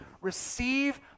receive